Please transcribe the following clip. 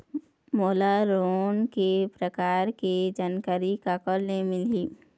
मोला लोन के प्रकार के जानकारी काकर ले मिल ही?